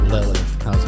Lilith